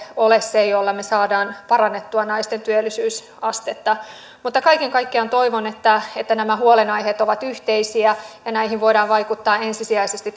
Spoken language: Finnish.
ole se jolla me saamme parannettua naisten työllisyysastetta kaiken kaikkiaan toivon että että nämä huolenaiheet ovat yhteisiä näihin voidaan vaikuttaa ensisijaisesti